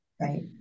Right